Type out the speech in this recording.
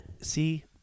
see